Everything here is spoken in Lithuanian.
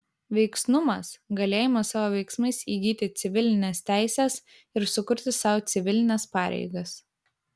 veiksnumas galėjimas savo veiksmais įgyti civilines teises ir sukurti sau civilines pareigas